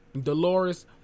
Dolores